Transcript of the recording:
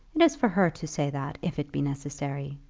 it is for her to say that, if it be necessary.